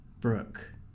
Brooke